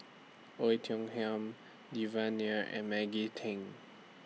Oei Tiong Ham Devan Nair and Maggie Teng